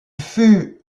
fut